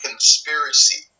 Conspiracy